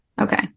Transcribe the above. Okay